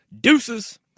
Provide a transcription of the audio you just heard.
deuces